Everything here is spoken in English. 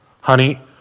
Honey